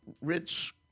rich